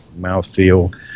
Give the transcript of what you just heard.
mouthfeel